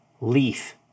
leaf